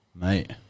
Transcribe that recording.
mate